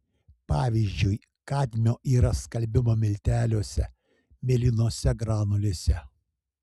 pavyzdžiui kadmio yra skalbimo milteliuose mėlynose granulėse